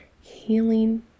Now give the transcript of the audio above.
healing